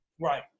Right